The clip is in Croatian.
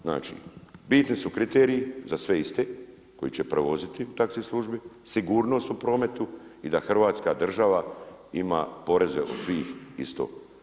Znači bitni su kriteriji, za sve iste, koji će prevoziti taxi službi, sigurnost u prometu i da Hrvatska država ima poreze od svih isto.